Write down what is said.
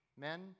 Men